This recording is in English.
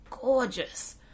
gorgeous